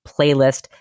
playlist